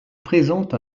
présente